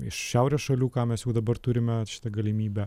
iš šiaurės šalių ką mes jau dabar turime šitą galimybę